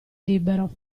libero